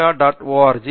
O R G imechanica